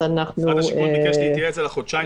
אנחנו --- משרד השיכון ביקש להתייעץ על החודשיים